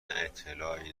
اطلاعی